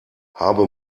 habe